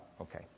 okay